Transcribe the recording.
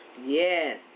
Yes